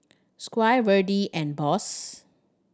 Squire Verdie and Boss